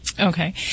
Okay